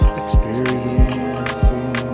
experiencing